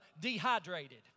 dehydrated